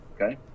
okay